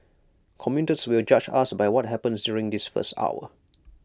commuters will judge us by what happens during this first hour